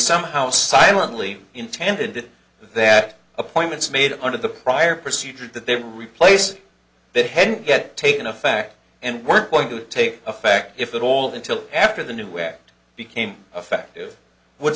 somehow silently intended that appointments made under the prior procedures that they replace the head get taken effect and weren't going to take effect if at all until after the new act became effective would